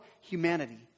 humanity